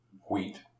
wheat